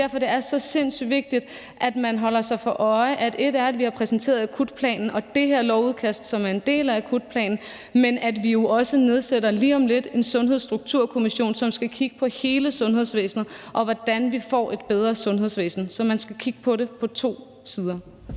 derfor, det er så sindssyg vigtigt, at man holder sig for øje, at ét er, at vi har præsenteret akutplanen og det her lovforslag, som er en del af akutplanen, men at vi jo også lige om lidt nedsætter en sundhedsstrukturkommission, som skal kigge på hele sundhedsvæsenet og på, hvordan vi får et bedre sundhedsvæsen. Så man skal kigge på det fra to sider.